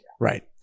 Right